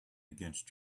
against